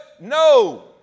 No